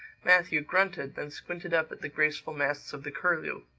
matthew grunted then squinted up at the graceful masts of the curlew.